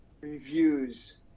reviews